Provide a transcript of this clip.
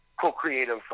co-creative